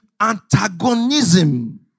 antagonism